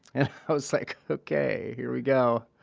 and i was like, okay here we go.